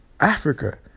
Africa